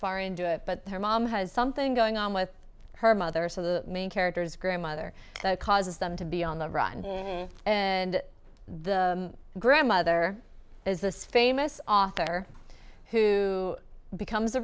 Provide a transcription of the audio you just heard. far into it but her mom has something going on with her mother so the main character is grandmother causes them to be on the run and the grandmother is this famous author who becomes a